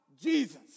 Jesus